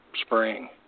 Spring